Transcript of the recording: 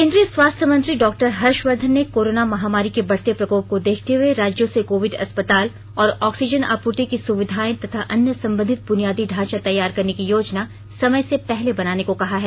केन्द्रीय स्वास्थ्य मंत्री डॉक्टर हर्षवर्धन ने कोरोना महामारी के बढ़ते प्रकोप को देखते हुए राज्यों से कोविड अस्पताल और ऑक्सीजन आपूर्ति की सुविधाएं तथा अन्य संबंधित बुनियादी ढांचा तैयार करने की योजना समय से पहले बनाने को कहा है